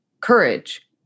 courage